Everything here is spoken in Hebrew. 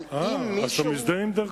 אבל אם מישהו, אה, אז אתה מזדהה עם דרכון.